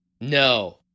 No